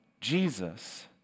Jesus